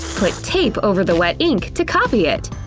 put tape over the wet ink to copy it.